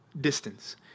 distance